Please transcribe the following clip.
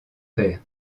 père